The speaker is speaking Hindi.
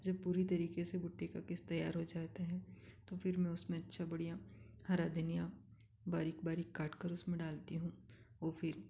जब पूरी तरीके से भुट्टे का पीस तैयार हो जाते हैं तो फ़िर मैं उसमें अच्छा बढ़िया हरा धनिया बारीक बारीक काटकर उसमें डालती हूँ वह फ़िर